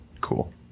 Cool